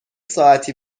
ساعتی